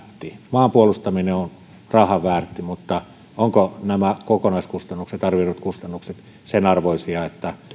maanpuolustaminen on rahan väärtiä mutta ovatko nämä kokonaiskustannukset arvoidut kustannukset sen arvoisia että